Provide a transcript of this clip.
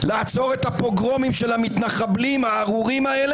לעצור את הפוגרומים של המחבלים הארורים האלה,